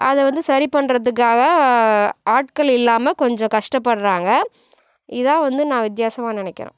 அதை வந்து சரி பண்ணுறதுக்காக ஆட்கள் இல்லாமல் கொஞ்சம் கஷ்டப்படுறாங்க இதுதான் வந்து நான் வித்யாசமாக நினைக்குறேன்